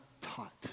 taught